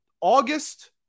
August